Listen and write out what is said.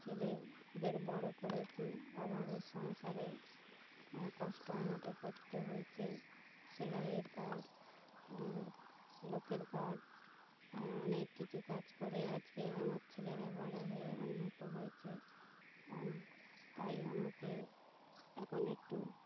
ছেলেদের বড় করেছি অভাবের সংসারে কষ্ট আমাকে করতে হয়েছে সেলাইয়ের কাজ লো লোকের কাজ অনেক কিছু কাজ করে আজকে আমার ছেলেরা বড় হয়ে উন্নত হয়েছেে তাই আমাকে এখন একটু